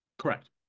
Correct